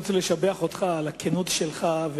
אני רוצה לשבח אותך על הכנות שלך,